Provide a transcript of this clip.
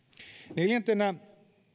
neljäntenä